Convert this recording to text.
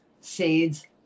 seeds